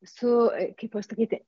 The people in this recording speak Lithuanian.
su kaip pasakyti